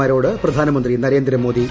മാറ്റരോട് പ്രധാനമന്ത്രി നരേന്ദ്രമോദി